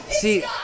See